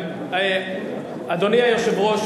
אדוני היושב-ראש,